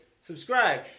subscribe